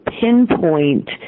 pinpoint